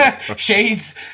Shades